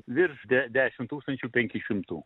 virš dešimt tūkstančių penkių šimtų